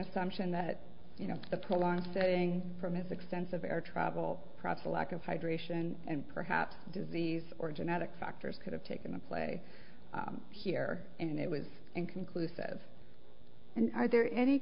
assumption that you know the prolonged setting from his extensive air travel proper lack of hydration and perhaps disease or genetic factors could have taken a play here and it was inconclusive and are there any